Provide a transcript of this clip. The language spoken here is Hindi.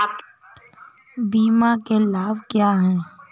बीमा के लाभ क्या हैं?